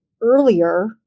earlier